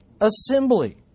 assembly